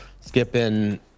skipping